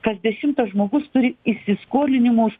kas dešimtas žmogus turi įsiskolinimų už